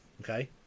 Okay